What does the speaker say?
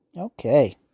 Okay